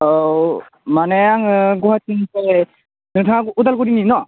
औ माने आङो गुवाहाटीनिफ्राय नोंथाङा अदालगुरिनि न'